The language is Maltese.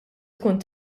tkun